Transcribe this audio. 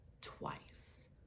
twice